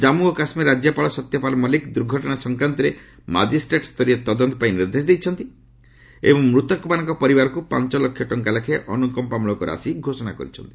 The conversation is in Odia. କାନ୍ପୁ ଓ କାଶ୍ମୀର ରାଜ୍ୟପାଳ ସତ୍ୟପାଲ ମଲ୍ଲିକ ଦୁର୍ଘଟଣା ସଂକ୍ରାନ୍ତରେ ମାଜିଷ୍ଟ୍ରେଟ୍ ସ୍ତରୀୟ ତଦନ୍ତ ପାଇଁ ନିର୍ଦ୍ଦେଶ ଦେଇଛନ୍ତି ଏବଂ ମୃତକମାନଙ୍କ ପରିବାରକୁ ପାଞ୍ଚ ଲକ୍ଷ ଟଙ୍କା ଲେଖାଏଁ ଅନୁକମ୍ପା ମୂଳକ ରାଶି ଘୋଷଣା କରିଛନ୍ତି